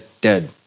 dead